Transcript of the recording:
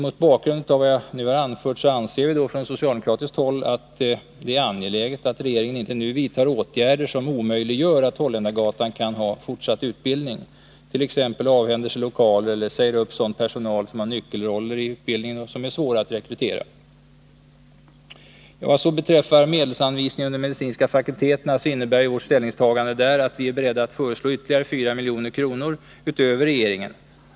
Mot bakgrund av vad jag nu anfört anser vi från socialdemokratiskt håll det vara angeläget att regeringen inte nu vidtar åtgärder som omöjliggör att Holländargatan kan ha fortsatt utbildning, t.ex. avhänder sig lokaler eller säger upp sådan personal som har nyckelroller i utbildningen och är svår att rekrytera. Vad så beträffar medelsanvisningen under medicinska fakulteterna innebär vårt ställningstagande att vi är beredda att föreslå ytterligare 4 milj.kr. utöver regeringen.